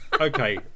okay